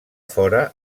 fora